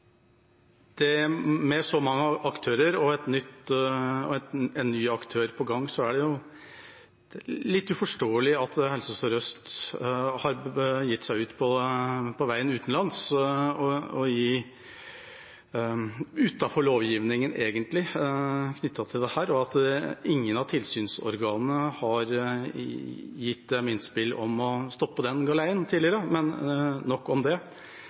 Med så mange aktører og en ny aktør på gang er det litt uforståelig at Helse Sør-Øst har begitt seg utenlands – egentlig utenfor lovgivningen for dette – og at ingen av tilsynsorganene har gitt dem innspill om å stoppe den galeien tidligere, men nok om det.